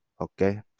okay